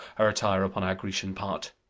a retire upon our grecian part.